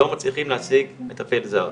לא מצליחים להשיג מטפל זר,